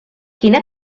quina